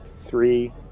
three